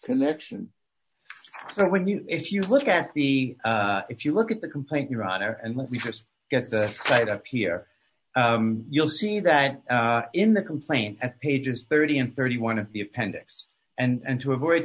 connection that when you if you look at the if you look at the complaint your honor and let me just get that right up here you'll see that in the complaint at pages thirty and thirty one of the appendix and to avoid